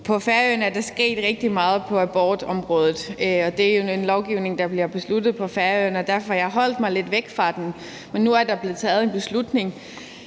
På Færøerne er der sket rigtig meget på abortområdet, og det er jo en lovgivning, der bliver besluttet på Færøerne, og derfor har jeg holdt mig lidt væk fra den. Men nu er der blevet taget en beslutning,